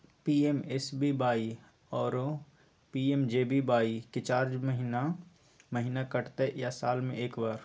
PMSBY आरो PMJBY के charge महीने महीना कटते या साल म एक बेर?